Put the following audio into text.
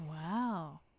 Wow